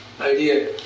idea